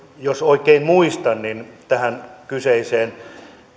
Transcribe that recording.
jos oikein muistan niin tähän kyseiseen